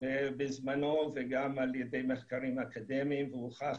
בזמנו וגם על ידי מחקרים אקדמיים והוכח